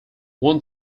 one